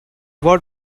what